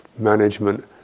management